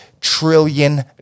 trillion